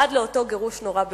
עד לאותו גירוש נורא בגוש-קטיף.